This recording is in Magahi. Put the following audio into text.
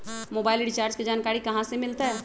मोबाइल रिचार्ज के जानकारी कहा से मिलतै?